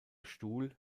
stuhl